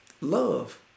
Love